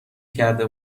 کرده